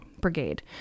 brigade